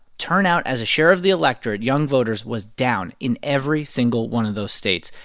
turnout as a share of the electorate, young voters was down in every single one of those states.